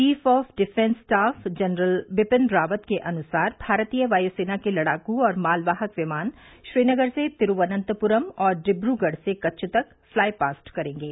chief of defence staff general Bipin Rawat के अनुसार भारतीय वायुसेना के लड़ाकू और मालवाहक विमान श्रीनगर से तिरूवनंतपुरम और डिब्रगढ़ से कच्छ तक फ्लाई पास्ट करेंगे